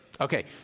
Okay